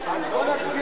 בעומס.